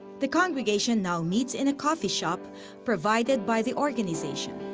the congregation now meets in a coffee shop provided by the organization.